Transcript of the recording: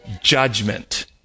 judgment